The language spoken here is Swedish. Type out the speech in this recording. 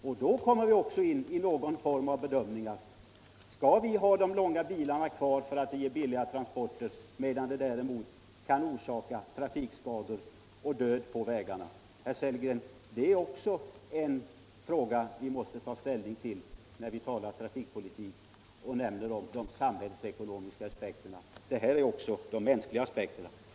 Men då kommer man också in på bedömningar om huruvida man skal! ha kvar de långa bilarna för att de ger billiga transporter, trots att de kan orsaka trafikskador och död på vägarna. Den frågan, herr Sellgren, måste vi också ta ställning till när vi behandlar trafikpolitiken och nämner de samhällsekonomiska aspekterna. Här kommer även de mänskliga aspekterna in.